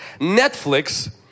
Netflix